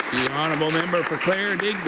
honourable member for cole